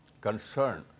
concern